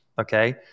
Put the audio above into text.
Okay